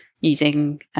using –